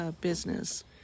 business